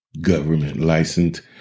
Government-licensed